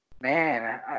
Man